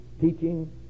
teaching